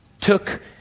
took